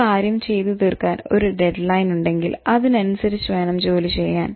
ഒരു കാര്യം ചെയ്തു തീർക്കാൻ ഒരു ഡെഡ്ലൈൻ ഉണ്ടെങ്കിൽ അതിനനുസരിച്ച് വേണം ജോലി ചെയ്യാൻ